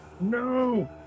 No